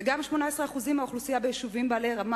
וכ-18% מהאוכלוסייה ביישובים ברמה